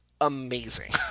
amazing